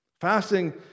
Fasting